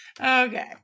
okay